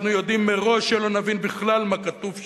אנחנו יודעים מראש שלא נבין בכלל מה כתוב שם,